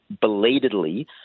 belatedly